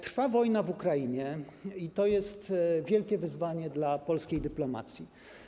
Trwa wojna w Ukrainie i to jest wielkie wyzwanie dla polskiej dyplomacji.